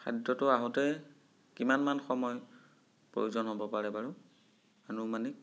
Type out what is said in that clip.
খাদ্যটো আহোতে কিমানমান সময়ৰ প্ৰয়োজন হ'ব পাৰে বাৰু আনুমানিক